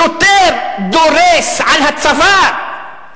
שוטר דורס על הצוואר,